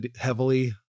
heavily